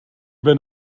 ben